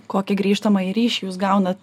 kokį grįžtamąjį ryšį jūs gaunat